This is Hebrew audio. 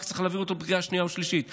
רק צריך להעביר אותו בקריאה שנייה ושלישית.